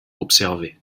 observées